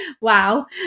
wow